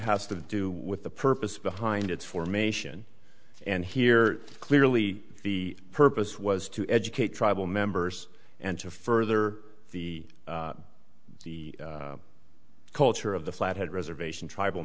has to do with the purpose behind its formation and here clearly the purpose was to educate tribal members and to further the the culture of the flathead reservation tribal